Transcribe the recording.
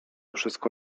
wszystko